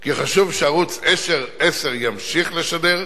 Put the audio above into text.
כי חשוב שערוץ-10 ימשיך לשדר,